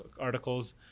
articles